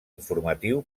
informatiu